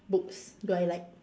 books do I like